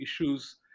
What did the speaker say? issues